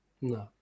No